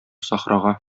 сахрага